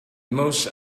most